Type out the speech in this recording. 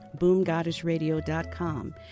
boomgoddessradio.com